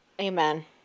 Amen